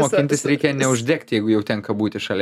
mokintis reikia neuždegti jeigu jau tenka būti šalia